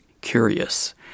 curious